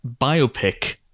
biopic